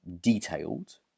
detailed